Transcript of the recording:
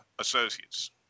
Associates